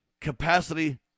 capacity